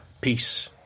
Peace